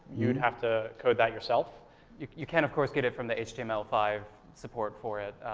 you'd have to code that yourself you can of course get it from the h t m l five, support for it,